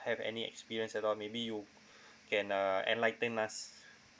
have any experience at all maybe you can uh enlighten us